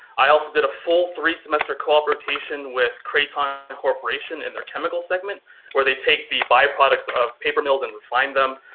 i also did a full three semester cooperation with craytime and corporation and their chemical segment where they take the byproducts of paper mills and refined them.